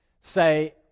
say